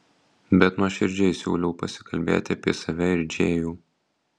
bet nuoširdžiai siūliau pasikalbėti apie save ir džėjų